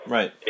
Right